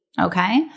Okay